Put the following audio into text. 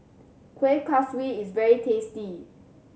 Kuih Kaswi is very tasty